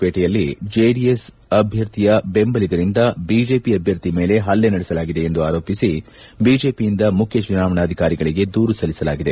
ಪೇಟೆಯಲ್ಲಿ ಜೆಡಿಎಸ್ ಅಭ್ಯರ್ಥಿ ಬೆಂಬಲಿಗರಿಂದ ಬಿಜೆಪಿ ಅಭ್ಯರ್ಥಿ ಮೇಲೆ ಹಲ್ಲೆ ನಡೆಸಲಾಗಿದೆ ಎಂದು ಆರೋಪಿಸಿ ಬಿಜೆಪಿಯಿಂದ ಮುಖ್ಯ ಚುನಾವಣಾಧಿಕಾರಿಗಳಿಗೆ ದೂರು ಸಲ್ಲಿಸಲಾಗಿದೆ